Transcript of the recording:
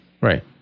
Right